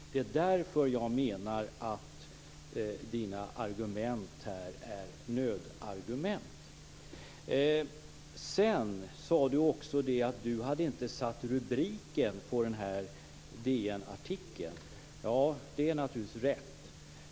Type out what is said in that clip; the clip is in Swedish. Det är därför jag menar att Mats Odells argument är nödargument. Mats Odell sade att han inte hade satt rubriken på DN-artikeln. Det är naturligtvis rätt.